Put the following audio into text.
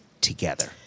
together